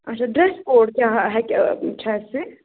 اَچھا dress code کیٛاہ ہیٚکہِ چھِ اَسہِ